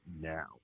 now